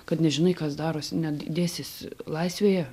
kad nežinai kas darosi net dėsis laisvėje